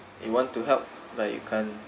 you want to help like you can't